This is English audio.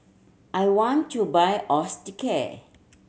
I want to buy Osteocare